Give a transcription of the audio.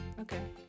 Okay